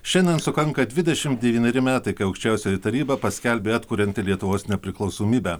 šiandien sukanka dvidešimt devyneri metai kai aukščiausioji taryba paskelbė atkurianti lietuvos nepriklausomybę